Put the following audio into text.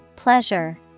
Pleasure